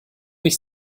mich